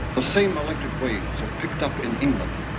the same electric waves were picked up in england.